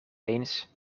eens